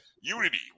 Unity